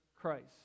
Christ